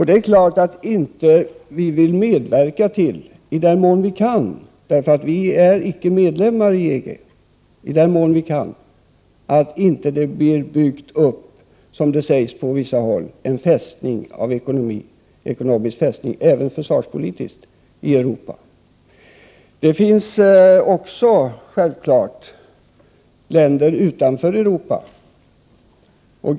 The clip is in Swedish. Det är klart att vi vill, i den mån vi kan med tanke på att Sverige inte är medlem i EG, medverka till att det inte byggs upp en ekonomisk och även försvarspolitisk fästning i Europa, som man säger på vissa håll. Det finns självfallet länder utanför Europa också.